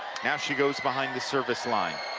now she goes behind the service line.